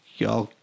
Y'all